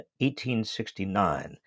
1869